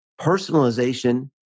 personalization